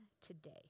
today